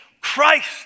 Christ